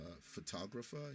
photographer